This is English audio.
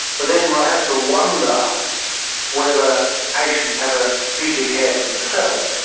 but then one has to wonder whether patients have a duty of care to themselves,